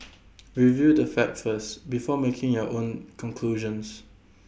review the facts first before making your own conclusions